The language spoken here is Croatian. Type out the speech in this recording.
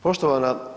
Poštovana.